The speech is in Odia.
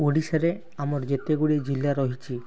ଓଡ଼ିଶାରେ ଆମର ଯେତେ ଗୁଡ଼ିଏ ଜିଲ୍ଲା ରହିଛି